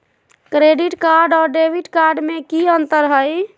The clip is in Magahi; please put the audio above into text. क्रेडिट कार्ड और डेबिट कार्ड में की अंतर हई?